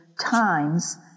times